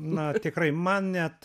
na tikrai man net